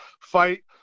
fight